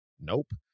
Nope